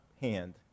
hand